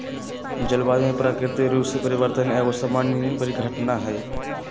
जलवायु में प्राकृतिक रूप से परिवर्तन एगो सामान्य परिघटना हइ